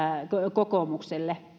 kokoomukselle